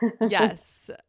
Yes